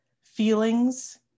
feelings